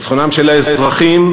ניצחונם של האזרחים,